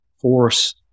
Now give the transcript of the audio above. force